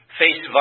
face